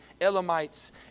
Elamites